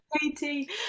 Katie